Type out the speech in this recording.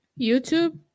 YouTube